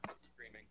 screaming